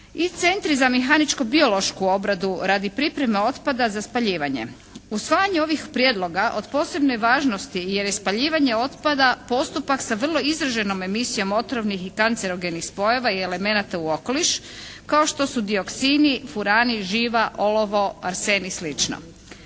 i centri za mehaničko-biološku obradu radi pripreme otpada za spaljivanje. Usvajanje ovih prijedloga od posebne je važno jer je spaljivanje otpada postupak sa vrlo izraženom emisijom otvorenih i kancerogenih spojeva i elemenata u okoliš kao što su dioksini, furani, živa, olova, arsen i